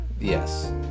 yes